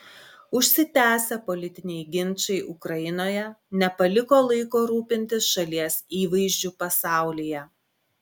užsitęsę politiniai ginčai ukrainoje nepaliko laiko rūpintis šalies įvaizdžiu pasaulyje